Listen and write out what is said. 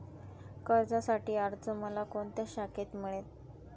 कर्जासाठीचा अर्ज मला कोणत्या शाखेत मिळेल?